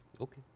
Okay